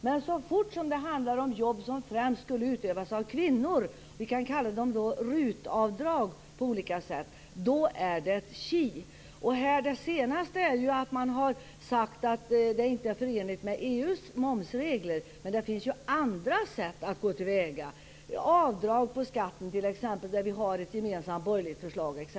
Men så fort det handlar om jobb som främst skulle utövas av kvinnor - vi kan kalla det RUT-avdrag - är det tji. Det senaste är att man har sagt att det inte är förenligt med EU:s momsregler. Men det finns ju andra sätt att gå till väga på, exempelvis med avdrag på skatten, där vi har ett gemensamt borgerligt förslag.